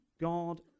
God